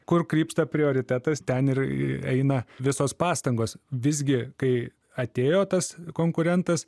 kur krypsta prioritetas ten ir eina visos pastangos visgi kai atėjo tas konkurentas